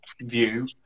view